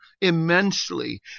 immensely